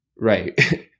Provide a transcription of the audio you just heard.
right